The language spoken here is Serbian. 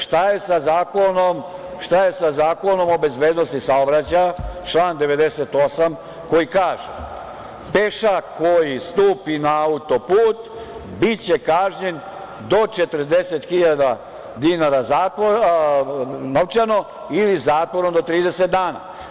Šta je sa Zakonom o bezbednosti saobraćaja, član 98. koji kaže – pešak koji stupi na autoput biće kažnjen do 40 hiljada dinara novčano ili zatvorom do 30 dana?